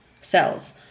cells